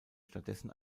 stattdessen